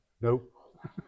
nope